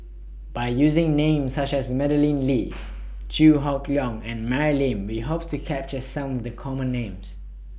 By using Names such as Madeleine Lee Chew Hock Leong and Mary Lim We Hope to capture Some The Common Names